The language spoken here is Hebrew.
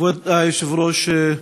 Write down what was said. כבוד היושב-ראש,